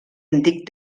antic